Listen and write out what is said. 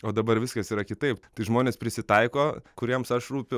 o dabar viskas yra kitaip tai žmonės prisitaiko kuriems aš rūpiu